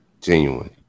Genuine